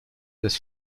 des